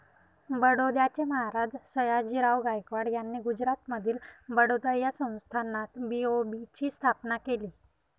बडोद्याचे महाराज सयाजीराव गायकवाड यांनी गुजरातमधील बडोदा या संस्थानात बी.ओ.बी ची स्थापना केली